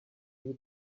you